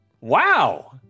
wow